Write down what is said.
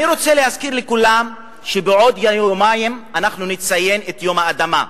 אני רוצה להזכיר לכולם שבעוד יומיים נציין את יום האדמה,